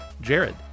Jared